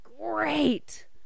great